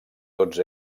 tots